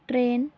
train